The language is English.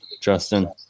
Justin